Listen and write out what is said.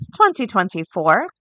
2024